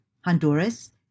Honduras